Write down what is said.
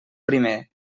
primer